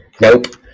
Nope